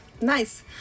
nice